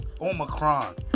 Omicron